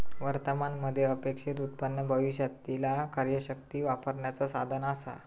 वर्तमान मध्ये अपेक्षित उत्पन्न भविष्यातीला कार्यशक्ती वापरण्याचा साधन असा